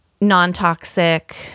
non-toxic